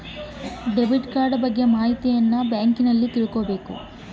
Debit card ಬಗ್ಗೆ ಮಾಹಿತಿಯನ್ನ ಎಲ್ಲಿ ತಿಳ್ಕೊಬೇಕು?